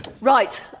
Right